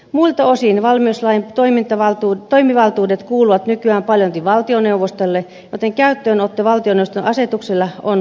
muilta osin valmiuslain toimivaltuudet kuuluvat nykyään paljolti valtioneuvostolle joten niiden käyttöönotto valtioneuvoston asetuksella on perusteltua